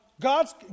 God's